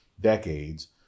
decades